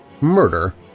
murder